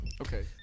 okay